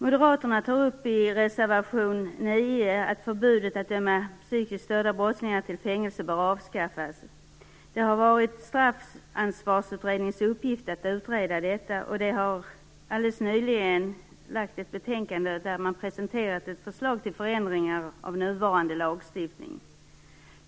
Moderaterna tog i reservation 9 upp att förbudet att döma psykiskt störda brottslingar till fängelse bör avskaffas. Det har varit Straffansvarsutredningens uppgift att utreda detta. Den har alldeles nyligen lagt fram ett betänkande, där man har presenterat ett förslag till förändringar av nuvarande lagstiftning.